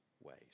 ways